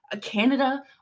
Canada